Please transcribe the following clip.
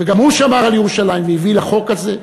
וגם הוא שמר על ירושלים והביא לחוק הזה.